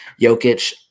Jokic